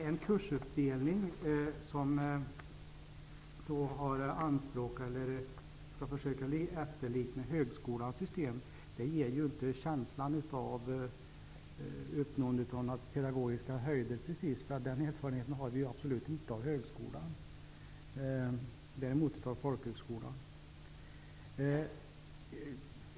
En kursuppdelning som försöker efterlikna högskolans system ger ju inte precis känslan av uppnåendet av några pedagogiska höjder. Den erfarenheten har vi ju absolut inte av högskolan, men däremot av folkhögskolan.